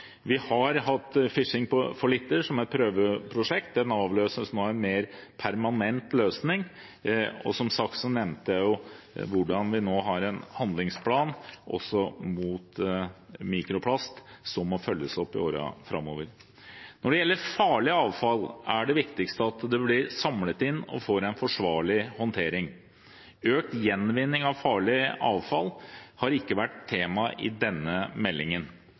Vi har hatt «Fishing for litter» som et prøveprosjekt. Det avløses nå av en mer permanent løsning. Og som sagt har vi nå en handlingsplan også mot mikroplast, som må følges opp i årene framover. Når det gjelder farlig avfall, er det viktigste at det blir samlet inn og håndtert forsvarlig. Økt gjenvinning av farlig avfall har ikke vært tema i denne meldingen.